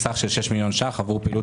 תקצוב סך של 6 מיליון שקלים עבור פעילות